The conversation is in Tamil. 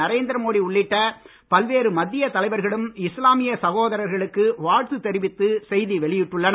நரேந்திரமோடி உள்ளிட்ட பல்வேறு மத்திய தலைவர்களும் இஸ்லாமிய சகோதரர்களுக்கு வாழ்த்து தெரிவித்து செய்தி வெளியிட்டுள்ளனர்